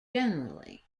generally